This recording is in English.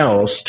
else